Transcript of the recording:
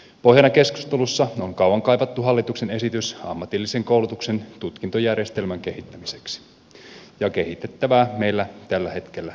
pohjana keskustelussa on kauan kaivattu hallituksen esitys ammatillisen koulutuksen tutkintojärjestelmän kehittämiseksi ja kehitettävää meillä tällä hetkellä riittää